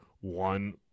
one